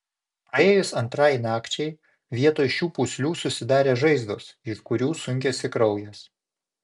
praėjus antrai nakčiai vietoj šių pūslių susidarė žaizdos iš kurių sunkėsi kraujas